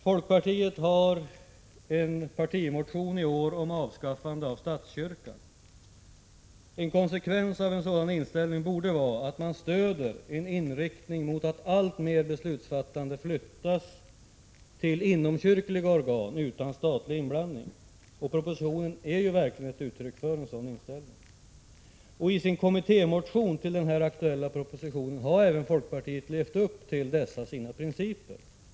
Folkpartiet har i år en partimotion om avskaffande av statskyrkan. En konsekvens av en sådan inställning borde vara att man stöder en inriktning mot att alltmer beslutsfattande flyttas till inomkyrkliga organ utan statlig inblandning. Propositionen är verkligen uttryck för en sådan inställning. I sin kommittémotion till den aktuella propositionen har folkpartiet också levt upp till dessa sina principer.